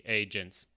agents